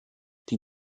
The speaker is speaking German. die